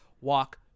walk